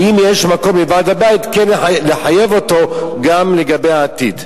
האם יש מקום לוועד הבית כן לחייב אותו גם לגבי העתיד?